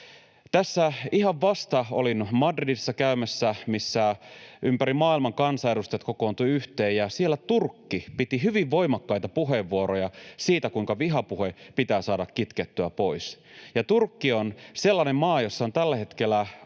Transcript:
Tässä ihan vasta olin käymässä Madridissa, missä ympäri maailman kansanedustajat kokoontuivat yhteen, ja siellä Turkki piti hyvin voimakkaita puheenvuoroja siitä, kuinka vihapuhe pitää saada kitkettyä pois. Turkki on sellainen maa, jossa on tällä hetkellä